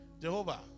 Jehovah